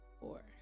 four